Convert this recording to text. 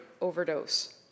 overdose